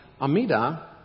Amida